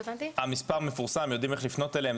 המספר מפורסם, יודעים איך לפנות אליהם?